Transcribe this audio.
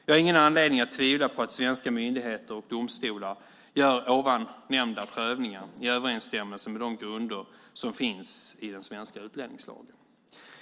Jag har ingen anledning att tvivla på att svenska myndigheter och domstolar gör ovan nämnda prövningar i överensstämmelse med de grunder som finns i den svenska utlänningslagen.